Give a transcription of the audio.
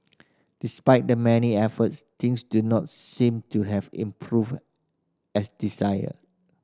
despite the many efforts things do not seem to have improved as desired